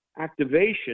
activation